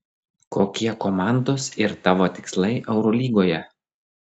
kokie komandos ir tavo tikslai eurolygoje